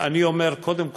ואני אומר: קודם כול,